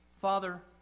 Father